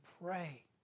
pray